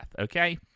Okay